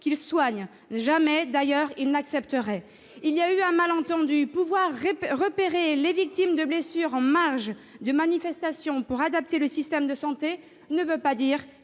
qu'ils soignent. Jamais, d'ailleurs, ils n'accepteraient. » Il y a eu un malentendu. Pouvoir repérer les victimes de blessures en marge de manifestations pour adapter le système de santé ne veut pas dire